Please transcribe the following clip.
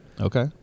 Okay